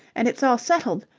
and it's all settled.